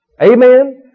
Amen